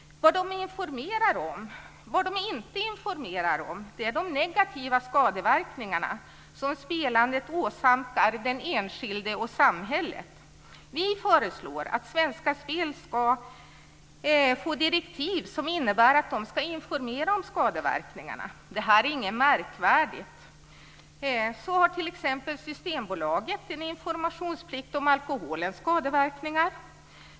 Vad man inte informerar om är de negativa skadeverkningarna som spelandet åsamkar den enskilde och samhället. Vi föreslår att Svenska Spel ska få direktiv som innebär att man ska informera om skadeverkningarna. Detta är inget märkvärdigt. Så har t.ex. Systembolaget en informationsplikt om alkoholens skadeverkningar.